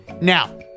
Now